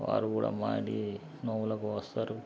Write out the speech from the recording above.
వారు కూడా మా ఇంటికి నోములకు వస్తారు